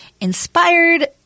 inspired